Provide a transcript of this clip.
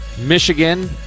Michigan